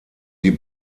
die